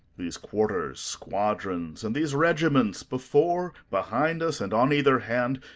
these quarters, squadrons, and these regiments, before, behind us, and on either hand,